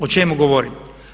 O čemu govorim?